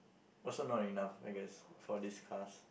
also not enough I guess for these cars